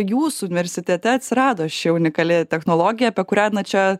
jūsų universitete atsirado ši unikali technologija apie kurią čia